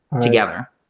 together